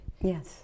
Yes